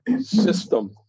system